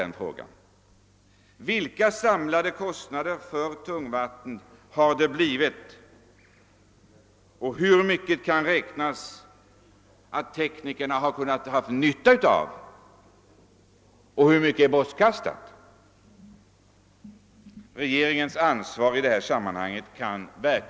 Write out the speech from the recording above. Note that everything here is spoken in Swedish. Hur stora samlade kostnader har tungvattenprojektet dragit? Hur mycket kan det vidare beräknas att teknikerna kunnat ha nytta av och hur mycket är bortkastat? Man kan verkligen inte bortse från regeringens ansvar.